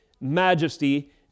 majesty